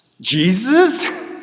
Jesus